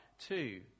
two